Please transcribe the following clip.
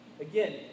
Again